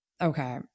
Okay